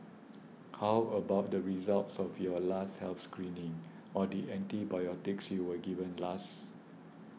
how about the results of your last health screening or the antibiotics you were given last